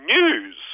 news